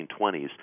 1920s